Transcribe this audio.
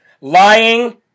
lying